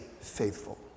faithful